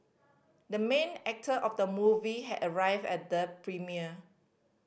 the main actor of the movie has arrived at the premiere